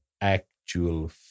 actual